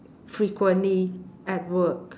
frequently at work